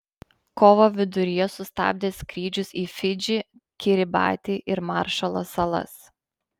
kovo viduryje sustabdė skrydžius į fidžį kiribatį ir maršalo salas